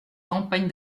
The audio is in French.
campagne